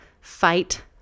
fight